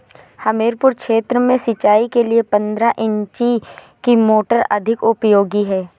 हमीरपुर क्षेत्र में सिंचाई के लिए पंद्रह इंची की मोटर अधिक उपयोगी है?